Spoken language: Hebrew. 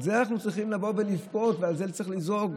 על זה אנחנו צריכים לבכות ועל זה צריך לזעוק,